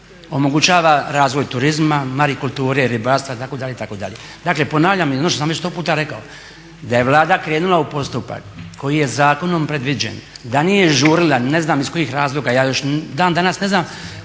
omogućava razvoj turizma, marikulture, ribarstva itd., itd.. Dakle ponavljam i ono što sam već 100 puta rekao da je Vlada krenula u postupak koji je zakonom predviđen, da nije žurila ne znam iz kojih razloga, ja još dan danas ne znam